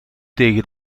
tegen